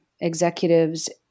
executives